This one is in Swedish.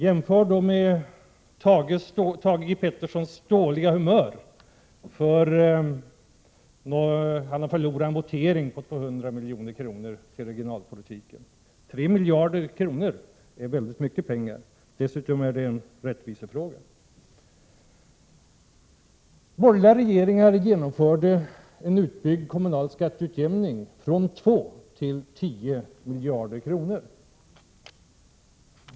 Jämför detta med att Thage G Peterson visade dåligt humör därför att han förlorade en votering om 200 milj.kr. till regionalpolitiken. 3 miljarder kronor är mycket pengar. Detta är dessutom en rättvisefråga. Borgerliga regeringar genomförde en utbyggnad av den kommunala skatteutjämningen från två till tio miljarder kronor.